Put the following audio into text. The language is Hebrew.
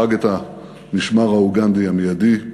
הרג את המשמר האוגנדי המיידי,